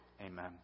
Amen